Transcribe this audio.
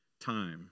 time